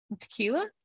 Tequila